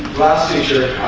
last teacher